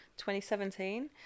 2017